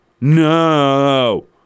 no